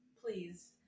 please